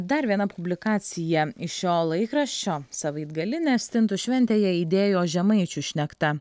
dar viena publikacija iš šio laikraščio savaitgalinė stintų šventėje aidėjo žemaičių šnekta